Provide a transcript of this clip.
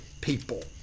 people